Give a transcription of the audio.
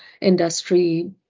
industry